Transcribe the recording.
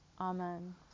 Amen